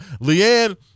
Leanne